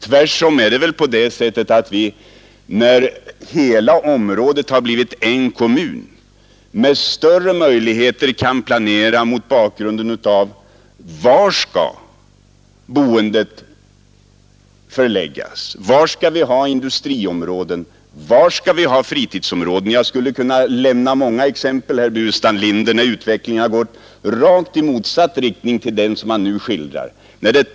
Tvärtom har man, när hela området blivit en kommun, fått större möjligheter att planera var boendet skall förläggas, var det skall finnas industriområden, fritidsområden osv. Jag skulle, herr Burenstam Linder, kunna lämna exempel på att utvecklingen har gått i rakt motsatt riktning till den som han här skildrade.